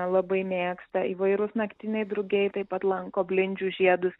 labai mėgsta įvairūs naktiniai drugiai taip pat lanko blindžių žiedus